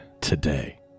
today